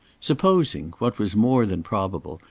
supposing, what was more than probable,